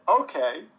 okay